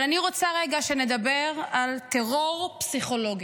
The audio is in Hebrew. אבל אני רוצה רגע שנדבר על טרור פסיכולוגי.